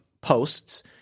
posts